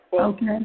Okay